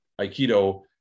Aikido